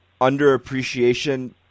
underappreciation